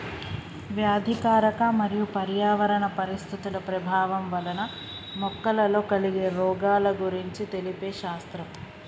వ్యాధికారక మరియు పర్యావరణ పరిస్థితుల ప్రభావం వలన మొక్కలలో కలిగే రోగాల గురించి తెలిపే శాస్త్రం